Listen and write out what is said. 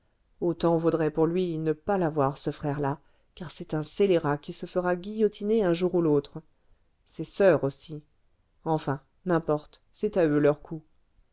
autant vaudrait pour lui ne pas l'avoir ce frère là car c'est un scélérat qui se fera guillotiner un jour ou l'autre ses soeurs aussi enfin n'importe c'est à eux leur cou